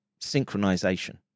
synchronization